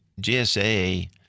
gsa